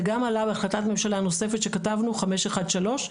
זה גם עלה בהחלטת ממשלה נוספת שכתבנו, 513,